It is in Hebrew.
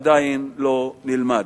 עדיין לא נלמד.